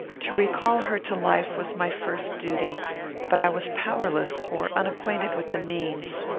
to recall her to life was my first duty but i was powerless, or unacquainted with the means.